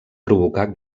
provocar